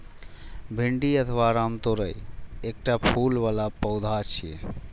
भिंडी अथवा रामतोरइ एकटा फूल बला पौधा छियै